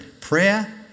Prayer